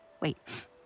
Wait